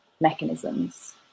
mechanisms